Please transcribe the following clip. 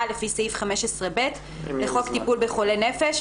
לפי סעיף 15(ב) לחוק טיפול בחולי נפש,